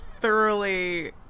thoroughly